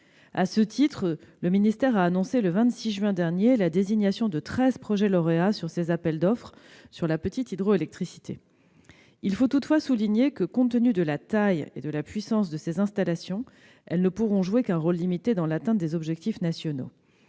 ce cadre, le ministère a annoncé, le 26 juin dernier, la désignation de treize projets lauréats dans le domaine de la petite hydroélectricité. Il faut toutefois souligner que, compte tenu de la taille et de la puissance de ces installations, elles ne pourront jouer qu'un rôle limité dans l'atteinte des objectifs nationaux.